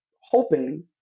hoping